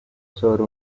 sobre